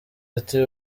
ati